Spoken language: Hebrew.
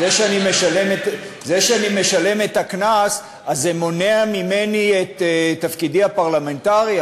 זה שאני משלם את הקנס מונע ממני את תפקידי הפרלמנטרי?